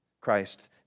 Christ